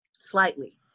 slightly